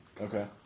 Okay